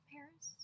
Paris